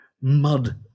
mud